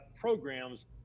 programs